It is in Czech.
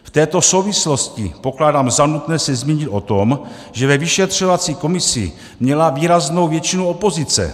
V této souvislosti pokládám za nutné se zmínit o tom, že ve vyšetřovací komisi měla výraznou většinu opozice.